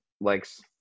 likes